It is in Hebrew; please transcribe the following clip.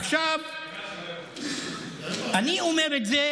עכשיו, אני אומר את זה